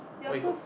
what you call